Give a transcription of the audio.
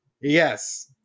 Yes